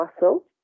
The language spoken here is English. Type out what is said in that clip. muscle